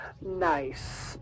Nice